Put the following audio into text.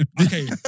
Okay